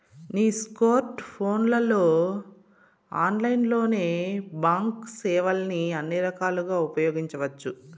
నీ స్కోర్ట్ ఫోన్లలో ఆన్లైన్లోనే బాంక్ సేవల్ని అన్ని రకాలుగా ఉపయోగించవచ్చు